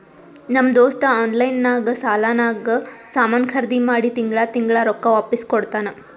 ನಮ್ ದೋಸ್ತ ಆನ್ಲೈನ್ ನಾಗ್ ಸಾಲಾನಾಗ್ ಸಾಮಾನ್ ಖರ್ದಿ ಮಾಡಿ ತಿಂಗಳಾ ತಿಂಗಳಾ ರೊಕ್ಕಾ ವಾಪಿಸ್ ಕೊಡ್ತಾನ್